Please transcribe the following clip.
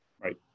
Right